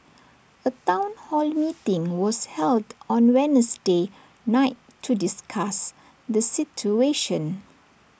A Town hall meeting was held on Wednesday night to discuss the situation